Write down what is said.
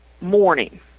morning